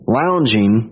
lounging